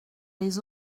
les